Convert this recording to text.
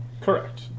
Correct